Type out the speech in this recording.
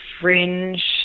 fringe